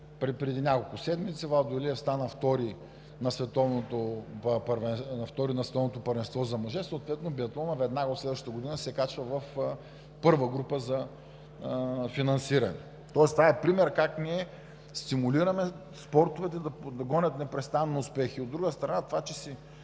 преди няколко седмици Владо Илиев стана втори на Световното първенство за мъже, съответно биатлонът веднага от следващата година се качва в първа група за финансиране. Тоест това е пример как ние стимулираме спортовете да гонят непрестанно успехи. От друга страна, това, че си